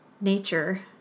nature